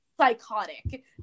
psychotic